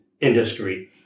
industry